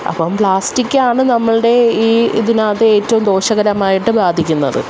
അപ്പം പ്ലാസ്റ്റിക്കാണ് നമ്മളുടെ ഈ ഇതിനകത്ത് ഏറ്റവും ദോഷകരമായിട്ട് ബാധിക്കുന്നത്